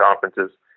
conferences